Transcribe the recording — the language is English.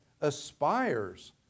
aspires